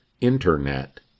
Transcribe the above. internet